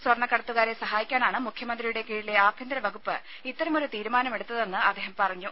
സ്വർണ്ണക്കടത്തുകാരെ സഹായിക്കാനാണ് മുഖ്യമന്ത്രിയുടെ കീഴിലെ ആഭ്യന്തര വകുപ്പ് ഇത്തരമൊരു തീരുമാനമെടുത്തതെന്ന് അദ്ദേഹം പറഞ്ഞു